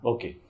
Okay